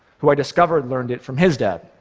who, i discovered, learned it from his dad,